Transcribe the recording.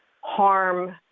harm